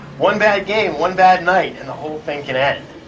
one bad game, one bad night and the whole thing can end.